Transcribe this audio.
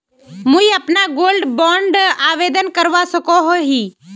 मुई अपना gold bond आवेदन करवा सकोहो ही?